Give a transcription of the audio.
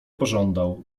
pożądał